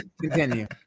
continue